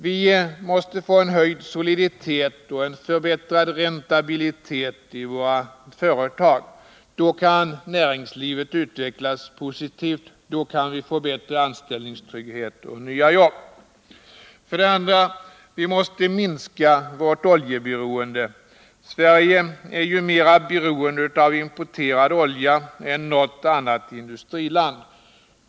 Vi måste få en höjning av soliditeten och en förbättring av räntabiliteten i våra företag. Då kan näringslivet utvecklas positivt, och då kan vi få bättre anställningstrygghet och nya arbeten. För det andra måste vi minska vårt oljeberoende. Sverige är ju mera beroende av importerad olja än något annat industriland.